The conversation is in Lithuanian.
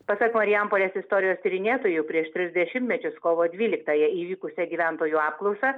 pasak marijampolės istorijos tyrinėtojų prieš tris dešimtmečius kovo dvyliktąją įvykusią gyventojų apklausą